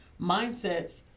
mindsets